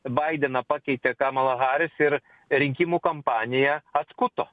baideną pakeitė kamela haris ir rinkimų kampanija atkuto